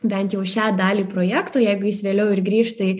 bent jau šią dalį projekto jeigu jis vėliau ir griš tai